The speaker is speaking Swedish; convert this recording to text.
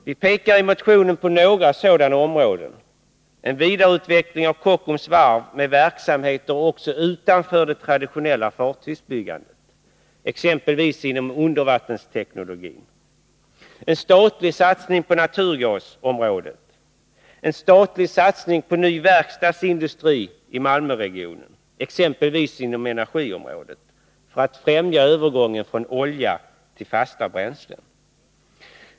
Vi pekar i motionen på några sådana områden: en vidareutveckling av Kockums Varv med verksamheter också utanför det traditionella fartygsbyggandet, exempelvis inom undervattensteknologin, en statlig satsning på naturgas och en statlig satsning på ny verkstadsindustri i Malmöregionen, exempelvis inom energiområdet för att främja övergången från olja till fasta bränslen.